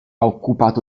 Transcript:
occupato